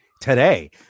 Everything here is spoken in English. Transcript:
today